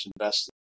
invested